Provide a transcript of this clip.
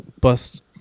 bust